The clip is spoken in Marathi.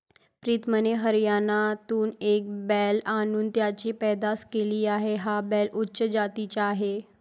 प्रीतमने हरियाणातून एक बैल आणून त्याची पैदास केली आहे, हा बैल उच्च जातीचा आहे